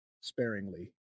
sparingly